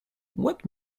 what